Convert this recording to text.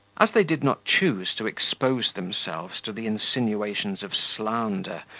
as they did not choose to expose themselves to the insinuations of slander,